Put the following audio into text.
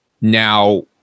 Now